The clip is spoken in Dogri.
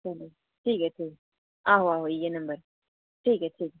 चलो ठीक ऐ ठीक आहो आहो इ'यै नंबर ठीक ऐ ठीक